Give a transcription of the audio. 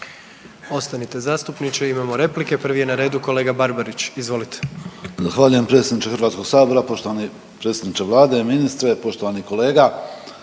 Ostanite zastupniče, imamo replike. Prvi je na redu kolega Barbarić, izvolite. **Barbarić, Nevenko (HDZ)** Zahvaljujem predsjedniče Hrvatskog sabora. Poštovani predsjedniče vlade, ministre, poštovani kolega